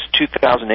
2008